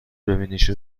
ببینیش